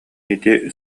ити